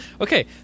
Okay